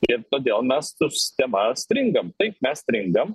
ir todėl mes tus tema stringam taip mes stringam